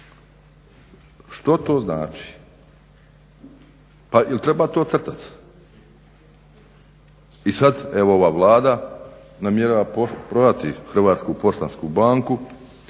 Što to znači? Pa jel treba to crtati? I sada evo ova Vlada namjerava prodati HPB jedino još